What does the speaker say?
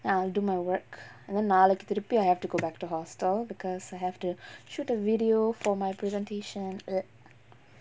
and I'll do my work then நாளைக்கு திருப்பி:naalaikku thirrupi I have to go back to hostel because I have to shoot a video for my presentation